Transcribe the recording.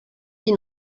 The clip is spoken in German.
die